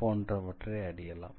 போன்றவற்றை அறியலாம்